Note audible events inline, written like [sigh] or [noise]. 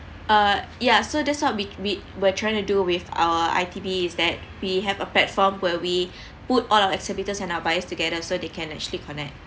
uh yeah so that's what we we we're trying to do with our I_T_V is that we have a platform where we [breath] put all our exhibitors and our buyers together so they can actually connect